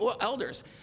elders